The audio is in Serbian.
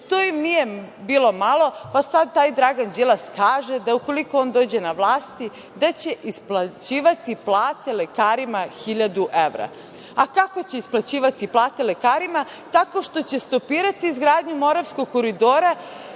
im nije bilo malo, pa sada taj Dragan Đilas kaže da ukoliko on dođe na vlast, da će isplaćivati plate lekarima 1000 evra. Kako će isplaćivati plate lekarima? Tako što će stopirati izgradnju Moravskog koridora